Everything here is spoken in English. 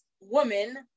woman